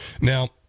Now